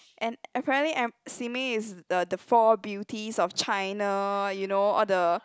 and apparently a~ Simei is eh the four beauties of China you know all the